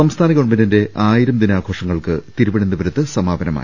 സംസ്ഥാന ഗവൺമെന്റിന്റെ ആയിരം ദിനാഘോഷങ്ങൾക്ക് തിരു വനന്തപുരത്ത് സമാപനമായി